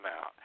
out